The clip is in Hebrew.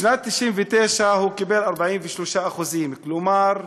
בשנת 1999 הוא קיבל 43%. כלומר,